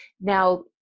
Now